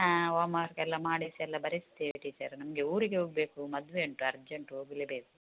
ಹಾಂ homework ಎಲ್ಲ ಮಾಡಿಸಿ ಎಲ್ಲ ಬರೆಸ್ತೇವೆ ಟೀಚರ್ ನಮಗೆ ಊರಿಗೆ ಹೋಗಬೇಕು ಮದುವೆ ಉಂಟು ಅರ್ಜೆಂಟ್ ಹೋಗಲೆಬೇಕು